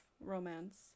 romance